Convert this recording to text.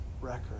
record